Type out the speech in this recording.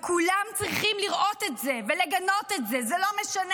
כולם צריכים לראות את זה ולגנות את זה ולא משנה